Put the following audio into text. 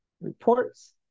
reports